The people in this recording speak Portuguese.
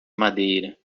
madeira